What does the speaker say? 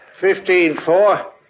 fifteen-four